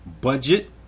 budget